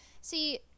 See